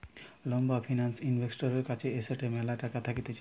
লম্বা ফিন্যান্স ইনভেস্টরের কাছে এসেটের ম্যালা টাকা থাকতিছে